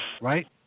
right